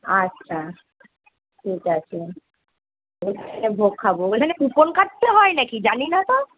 আচ্ছা ঠিক আছে ভোগ খাবো ওইখানে কুপন কাটতে হয় না কি জানি না তো